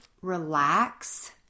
relax